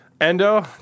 Endo